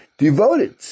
Devoted